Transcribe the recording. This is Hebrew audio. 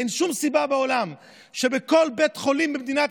אין שום סיבה בעולם שבכל בית חולים במדינת